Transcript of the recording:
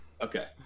Okay